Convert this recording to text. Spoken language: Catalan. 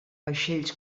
vaixells